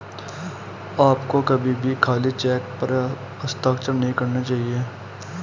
आपको कभी भी खाली चेक पर हस्ताक्षर नहीं करना चाहिए